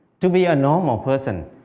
to be a normal person,